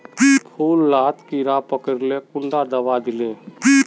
फुल डात कीड़ा पकरिले कुंडा दाबा दीले?